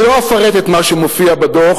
אני לא אפרט את מה שמופיע בדוח.